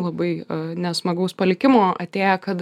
labai nesmagaus palikimo atėję kad